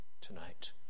tonight